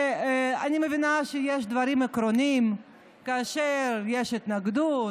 ואני מבינה שיש דברים עקרוניים כאשר יש התנגדות,